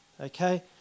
okay